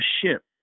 ship